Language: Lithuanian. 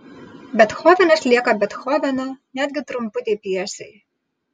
bethovenas lieka bethovenu netgi trumputėj pjesėj